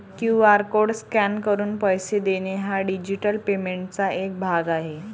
QR code scan करून पैसे देणे हा डिजिटल पेमेंटचा एक भाग आहे